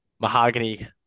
mahogany